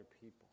people